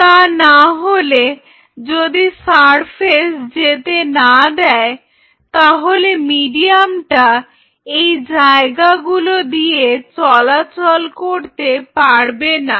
তা না হলে যদি সারফেস যেতে না দেয় তাহলে মিডিয়াম টা এই জায়গা গুলো দিয়ে চলাচল করতে পারবে না